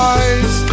eyes